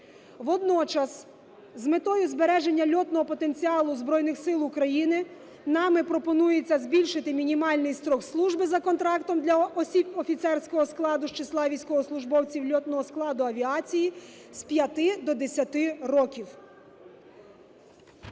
Водночас, з метою збереження льотного потенціалу Збройних Сил України нами пропонується збільшити мінімальний строк служби за контрактом для осіб офіцерського складу з числа військовослужбовців льотного складу авіації з 5 до 10 років.